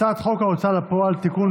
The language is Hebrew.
הצעת חוק ההוצאה לפועל (תיקון,